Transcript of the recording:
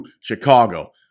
Chicago